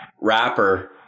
rapper